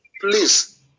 Please